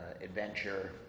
adventure